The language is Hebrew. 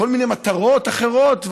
לכל מיני מטרות אחרות,